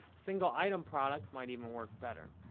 single item product might even work better.